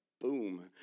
Boom